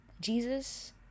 Jesus